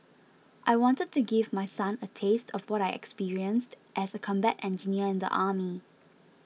I wanted to give my son a taste of what I experienced as a combat engineer in the army